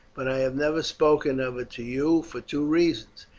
but i have never spoken of it to you for two reasons.